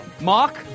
Mark